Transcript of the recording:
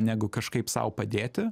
negu kažkaip sau padėti